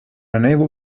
unable